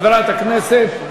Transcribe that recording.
חברת הכנסת,